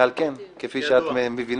ועל כן, כפי שאת מבינה,